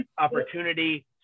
opportunity